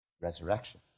resurrection